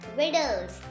riddles